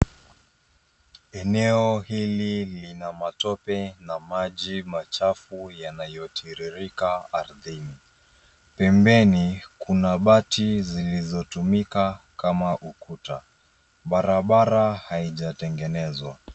Eneo hili lina matope na maji machafu yanayotiririka ardhini. Pembeni, kuna bati yanayotumika kama ukuta. Barabara haijatengenezwa.